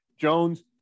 Jones